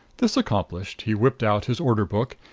this accomplished, he whipped out his order book,